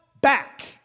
back